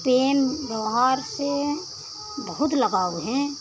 प्रेम व्यवहार से बहुत लगाव हैं